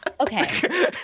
Okay